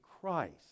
Christ